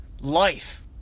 life